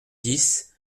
dix